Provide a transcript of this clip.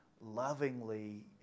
lovingly